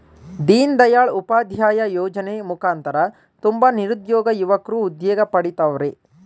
ದೀನ್ ದಯಾಳ್ ಉಪಾಧ್ಯಾಯ ಯೋಜನೆ ಮುಖಾಂತರ ತುಂಬ ನಿರುದ್ಯೋಗ ಯುವಕ್ರು ಉದ್ಯೋಗ ಪಡಿತವರ್ರೆ